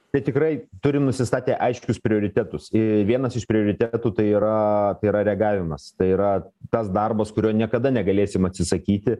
tai tikrai turim nusistatę aiškius prioritetus ir vienas iš prioritetų tai yra yra reagavimas tai yra tas darbas kurio niekada negalėsim atsisakyti